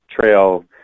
Trail